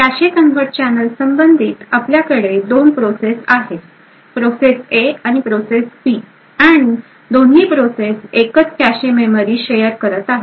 cache convert channel संबंधित आपल्याकडे दोन प्रोसेस आहे आहेत प्रोसेस ए आणि प्रोसेस बी आणि दोन्ही प्रोसेस एकच कॅशे मेमरी शेअर करत आहेत